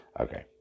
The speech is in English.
Okay